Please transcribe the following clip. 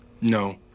No